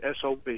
SOB